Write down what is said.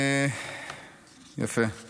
אני